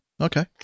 Okay